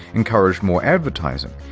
encouraged more advertising.